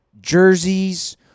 jerseys